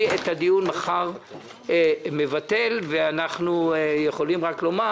אני מבטל את הדיון מחר ואנחנו יכולים רק לומר